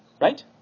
Right